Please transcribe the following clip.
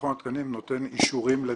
מכון התקנים נותן אישורים לדגם.